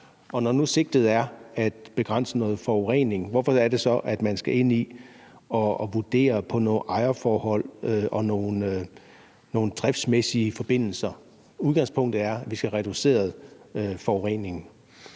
Når nu sigtet er at begrænse noget forurening, hvorfor er det så, at man skal ind i at vurdere på nogle ejerforhold og nogle driftsmæssige forbindelser? Udgangspunktet er, at vi skal have reduceret forureningen.